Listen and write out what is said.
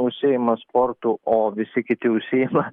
užsiima sportu o visi kiti užsiima